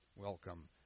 welcome